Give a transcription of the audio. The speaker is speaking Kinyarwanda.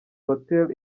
hotel